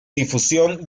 difusión